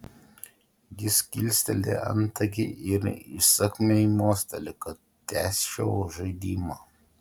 jis kilsteli antakį ir įsakmiai mosteli kad tęsčiau žaidimą